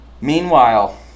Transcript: Meanwhile